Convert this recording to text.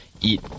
eat